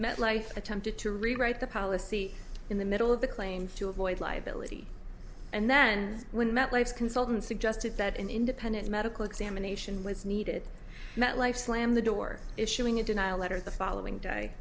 met life attempted to rewrite the policy in the middle of the claim to avoid liability and then when met life consultant suggested that an independent medical examination was needed met life slammed the door issuing a denial letter the following day